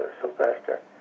Sylvester